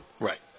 Right